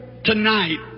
tonight